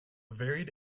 varied